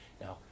Now